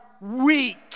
weak